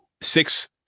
Six